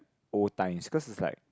old times cause it's like